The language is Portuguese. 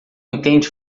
entende